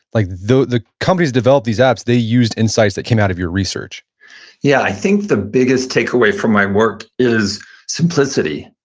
like the the companies that developed these apps, they used insights that came out of your research yeah, i think the biggest takeaway from my work is simplicity.